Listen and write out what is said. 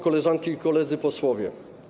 Koleżanki i Koledzy Posłowie!